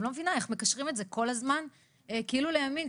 לא מבינה איך מקשרים את זה כל הזמן כאילו לימין,